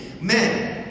Men